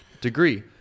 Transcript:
degree